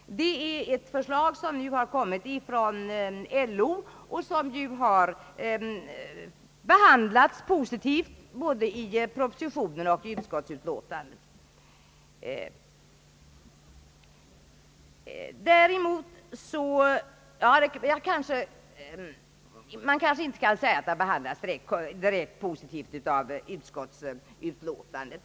Förslag härom har också kommit ifrån LO. Det har behandlats positivt i propositionen, men man kanske inte kan säga att förslaget behandlats positivt i utskottsutlåtandet.